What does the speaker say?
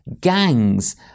gangs